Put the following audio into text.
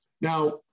Now